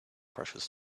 precious